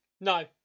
No